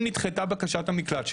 אם נדחתה בקשת המקלט שלהם,